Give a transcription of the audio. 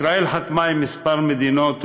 ישראל חתמה עם כמה מדינות,